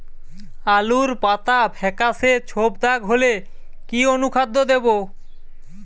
আলুর পাতা ফেকাসে ছোপদাগ হলে কি অনুখাদ্য দেবো?